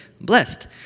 Blessed